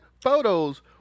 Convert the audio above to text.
photos